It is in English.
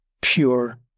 pure